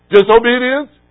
Disobedience